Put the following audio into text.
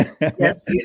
Yes